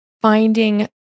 finding